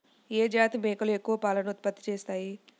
ఏ జాతి మేకలు ఎక్కువ పాలను ఉత్పత్తి చేస్తాయి?